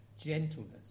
gentleness